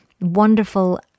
wonderful